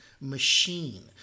machine